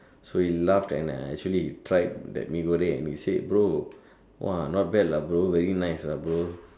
so we laugh and uh actually tried that Mee-Goreng and we said bro !wah! not bad ah bro very nice lah bro